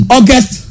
August